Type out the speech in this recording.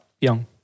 Young